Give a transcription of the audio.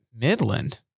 Midland